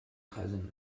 cousin